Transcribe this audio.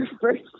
first